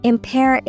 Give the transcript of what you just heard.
Impair